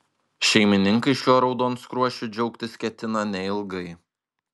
šeimininkai šiuo raudonskruosčiu džiaugtis ketina neilgai